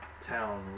town